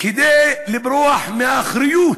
כדי לברוח מהאחריות,